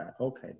okay